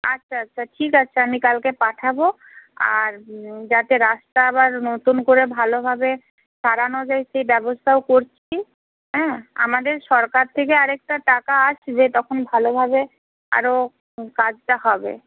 আচ্ছা আচ্ছা ঠিক আছে আমি কালকে পাঠাব আর যাতে রাস্তা আবার নতুন করে ভালোভাবে সারানো যায় সেই ব্যবস্থাও করছি হ্যাঁ আমাদের সরকার থেকে আরেকটা টাকা আসবে তখন ভালোভাবে আরও কাজটা হবে